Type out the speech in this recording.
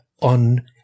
on